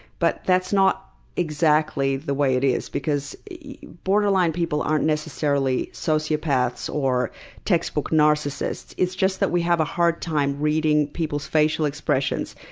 but that's not exactly the way it is, because borderline people aren't necessarily sociopaths or textbook narcissists. it's just that we have a hard time time reading people's facial expressions.